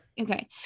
Okay